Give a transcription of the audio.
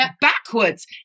backwards